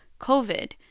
COVID